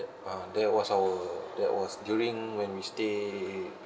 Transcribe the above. uh that was our that was during when we stay